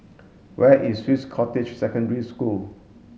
where is Swiss Cottage Secondary School